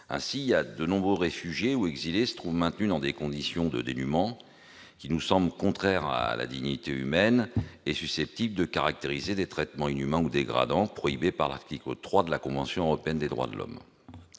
Ainsi, de nombreux réfugiés ou exilés se trouvent maintenus dans des conditions de dénuement qui nous semblent contraires à la dignité humaine et susceptibles de caractériser des traitements inhumains ou dégradants prohibés par l'article 3 de la convention européenne des droits de l'homme.